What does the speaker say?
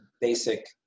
basic